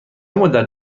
مدت